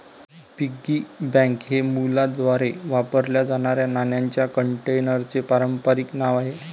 piggy bank हे मुलांद्वारे वापरल्या जाणाऱ्या नाण्यांच्या कंटेनरचे पारंपारिक नाव आहे